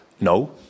No